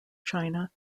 china